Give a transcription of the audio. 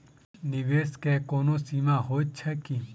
निवेश केँ कोनो सीमा होइत छैक की?